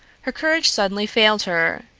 her courage suddenly failed her.